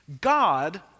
God